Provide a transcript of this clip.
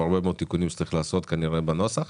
הרבה מאוד תיקונים שצריך לעשות כנראה בנוסח,